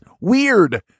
weird